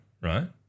right